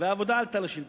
והעבודה עלתה לשלטון,